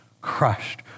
crushed